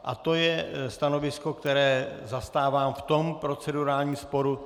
To je stanovisko, které zastávám v tom procedurálním sporu.